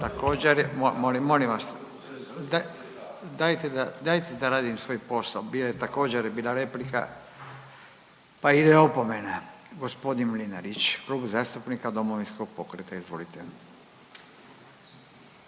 Također. Molim vas, dajte da, dajte da radim svoj posao. Bila je, također je bila replika pa ide opomena. Gospodin Mlinarić, Klub zastupnika Domovinskog pokreta. Izvolite.